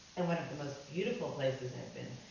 and one of the most beautiful places i've been,